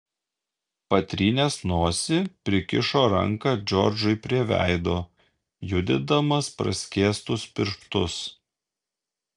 patrynęs nosį prikišo ranką džordžui prie veido judindamas praskėstus pirštus